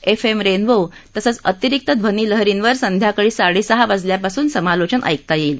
F M Rainbow तसंच अतिरिक्त ध्वनीलहरींवर संध्याकाळी साडेसहा वाजल्यापासून हे ऐकता येईल